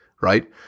right